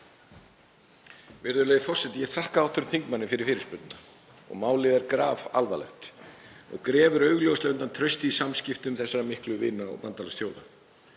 Virðulegi forseti. Ég þakka hv. þingmanni fyrir fyrirspurnina. Málið er grafalvarlegt og grefur augljóslega undan trausti í samskiptum þessara miklu vina- og bandalagsþjóða.